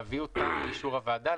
הכוונה להביא אותן לאישור הוועדה?